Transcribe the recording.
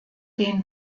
den